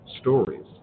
stories